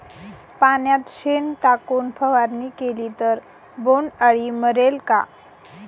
पाण्यात शेण टाकून फवारणी केली तर बोंडअळी मरेल का?